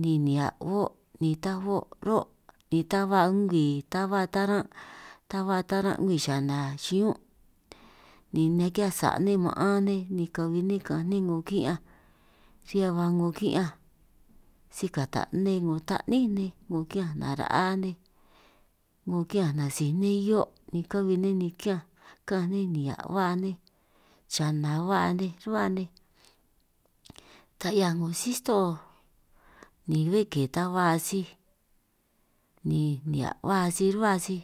ni nihia' o' ni ta o' ruhuo' ni ta ba ngwii ta ba taran' ta ba taran' ngwii xana xiñún', ni naki'hiaj sa' nej ma'an nej ni kahui nej ka'anj nej 'ngo ki'ñanj, riñan ba 'ngo ki'ñanj si kata' nne 'ngo ta'ní nej, 'ngo ki'ñanj nara'a nej 'ngo ki'ñanj nasij nej hio' ni ka'bi nej ni kiñanj ka'anj nej nihia' ba nej, xana ba nej ruhua nej ta 'hiaj 'ngo sí sto'o bé ke ta ba sij ni nihia' ba sij ruhua sij.